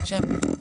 שלום.